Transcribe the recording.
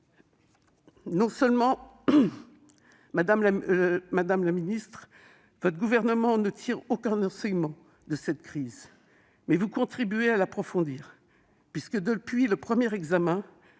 Non seulement, madame la ministre, votre gouvernement ne tire aucun enseignement de cette crise, mais il contribue même à l'approfondir ! Depuis le premier examen